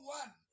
one